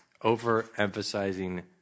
overemphasizing